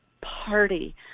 party